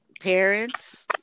parents